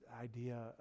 idea